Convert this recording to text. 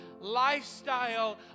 lifestyle